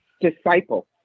disciple